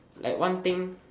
like one thing